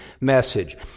message